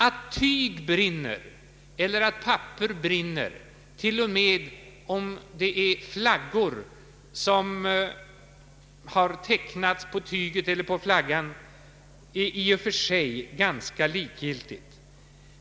Att tyg brinner eller att papper brinner, t.o.m. om flaggor har tecknats på tyget eller papperet, är i och för sig ganska likgiltigt.